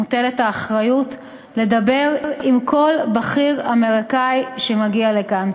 מוטלת האחריות לדבר עם כל בכיר אמריקני שמגיע לכאן.